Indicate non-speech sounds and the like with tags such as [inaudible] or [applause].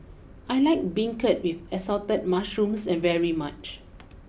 I like Beancurd with assorted Mushrooms [unintelligible] very much